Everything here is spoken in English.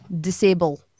disable